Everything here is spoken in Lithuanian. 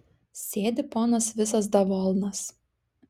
sėdi ponas visas davolnas